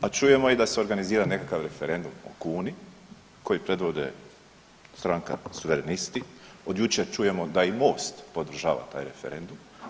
a čujemo i da se organizira nekakav referendum o kuni koji predvode stranka Suverenisti, od jučer čujemo da i MOST podržava taj referendum.